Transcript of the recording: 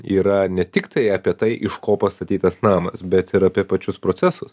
yra ne tiktai apie tai iš ko pastatytas namas bet ir apie pačius procesus